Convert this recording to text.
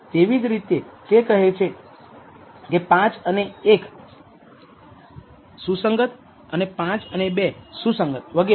તેવી જ રીતે તે કહે છે કે 5 અને 1 સુસંગત 5 અને 2 સુસંગત વગેરે